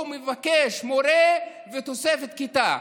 הוא מבקש מורה ותוספת כיתה.